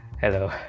Hello